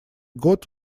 год